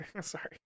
Sorry